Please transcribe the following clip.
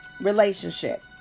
relationship